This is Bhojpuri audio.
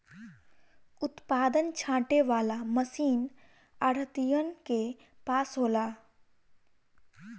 उत्पादन छाँटे वाला मशीन आढ़तियन के पास होला